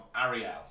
Ariel